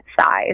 size